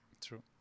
true